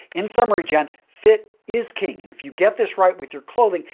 in summary, gents. fit is king. and if you get this right with your clothing,